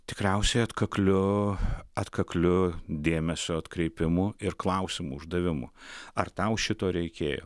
tikriausiai atkakliu atkakliu dėmesio atkreipimu ir klausimų uždavimu ar tau šito reikėjo